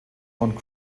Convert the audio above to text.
und